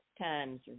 times